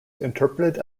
interpreted